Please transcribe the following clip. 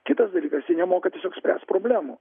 kitas dalykas jie nemoka spręst problemų